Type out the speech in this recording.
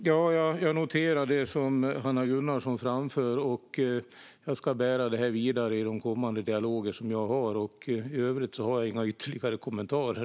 Herr talman! Jag noterar det som Hanna Gunnarsson framför. Jag ska bära det vidare i de kommande dialoger som jag har. I övrigt har jag inga ytterligare kommentarer.